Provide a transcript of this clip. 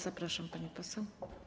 Zapraszam, pani poseł.